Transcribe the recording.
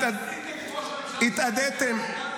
גם להסית נגד ראש ממשלה מכהן --- 92.